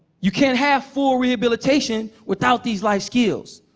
you can't have full rehabilitation without these life skills.